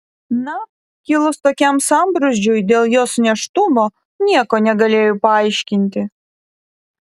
na kilus tokiam sambrūzdžiui dėl jos nėštumo nieko negalėjo paaiškinti